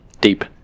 Deep